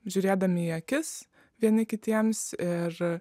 žiūrėdami į akis vieni kitiems ir